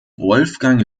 wolfgang